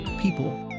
people